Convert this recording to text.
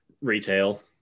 Retail